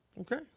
Okay